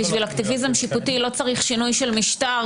בשביל אקטיביזם שיפוטי לא צריך שינוי משטר,